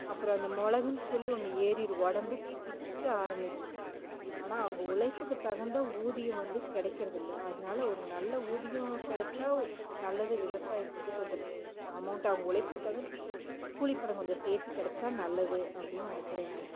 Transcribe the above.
அப்புறோ இந்த மிளகுன்னு சொல்லி ஒன்று ஏறிடும் உடம்பு பிக்க ஆரம்பிச்சிடும் ஆனால் அவங்க உழைப்புக்கு தகுந்த ஊதியம் வந்து கிடக்கிறதில்ல அதனால் ஒரு நல்ல ஊதியம் கிடச்சா நல்லது விவசாயத்துக்கு கொஞ்ஜ அமௌண்ட்டு அவங்க உழைப்புக்கு தகுந்த கூலிப்பணோம் கொஞ்ஜ சேர்த்து கிடச்சா நல்லதுன்னு நினக்கிறன் நான்